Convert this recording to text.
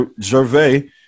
Gervais